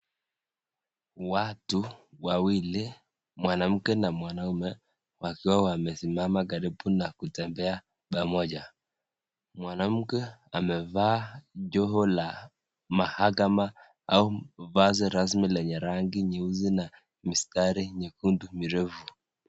Watu wawili, mwanamke na mwanaume wakiwa wamesimama karibu na kutembea pamoja. Mwanamke amevaa joho la mahakama au vazi rasmi lenye rangi nyeusi na mistari nyekundu mirefu.